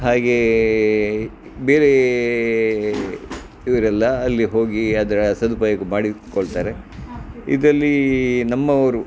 ಹಾಗೆಯೇ ಬೇರೆ ಇವರೆಲ್ಲ ಅಲ್ಲಿ ಹೋಗಿ ಅದರ ಸದುಪಯೋಗ ಮಾಡಿಕೊಳ್ತಾರೆ ಇದರಲ್ಲಿ ನಮ್ಮವರು